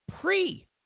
pre